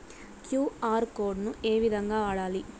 QR code ను ఏ విధంగా వాడాలి?